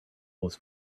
was